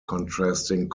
contrasting